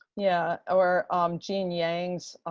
yeah, or um gene yang,